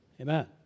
Amen